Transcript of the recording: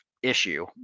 Issue